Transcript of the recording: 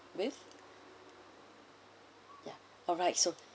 with ya alright so